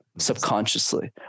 subconsciously